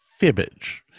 Fibbage